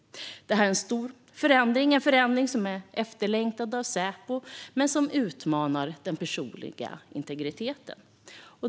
Det här är en stor förändring, en förändring som är efterlängtad av Säpo men som utmanar den personliga integriteten.